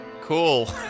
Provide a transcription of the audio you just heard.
Cool